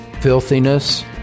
filthiness